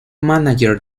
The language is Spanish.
mánager